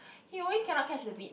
he always cannot catch the beat